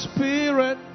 Spirit